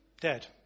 dead